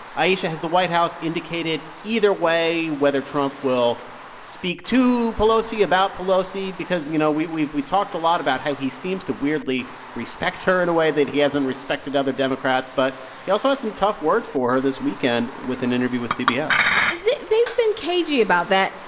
ayesha, has the white house indicated either way whether trump will speak to pelosi, about pelosi because, you know, we've we talked a lot about how he seems to weirdly respect her in a way that he hasn't respected other democrats. but he also had some tough words for her this weekend with an interview with cbs they've been cagey about that.